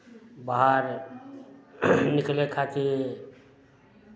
बाहर लेकिन एहि खातिर